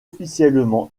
officiellement